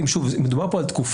שוב, מדובר פה על תקופה.